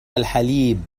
الحليب